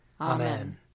Amen